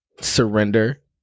surrender